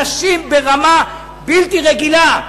אנשים ברמה בלתי רגילה.